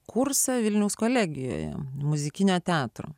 kursą vilniaus kolegijoje muzikinio teatro